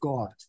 God